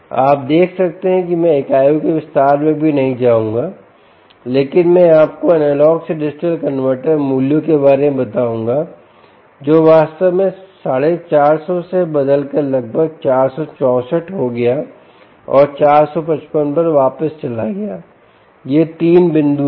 आप देख सकते हैं कि मैं इकाइयों के विस्तार में भी नहीं जाऊँगा लेकिन मैं आपको एनालॉग से डिजिटल कनवर्टर मूल्यों के बारे में बताऊंगा जो वास्तव में 450 से बदलकर लगभग 464 हो गया और 455 पर वापस चला गया ये 3 बिंदु हैं